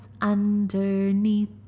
underneath